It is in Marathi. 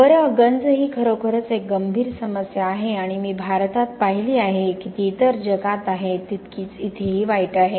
बरं गंज ही खरोखरच एक गंभीर समस्या आहे आणि मी भारतात पाहिली आहे की ती इतर जगात आहे तितकीच इथेही वाईट आहे